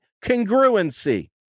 congruency